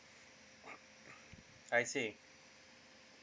I see